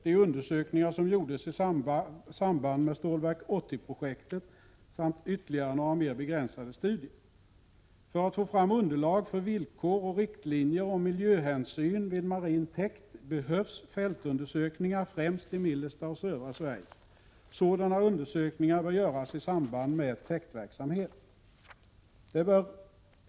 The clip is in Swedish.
), de undersökningar som gjordes i samband med Stålverk 80-projektet samt ytterligare några mer begränsade studier. För att få fram underlag för villkor och riktlinjer om miljöhänsyn vid marin täkt behövs fältundersökningar främst i mellersta och södra Sverige. Sådana undersökningar bör göras i samband med täktverksamhet.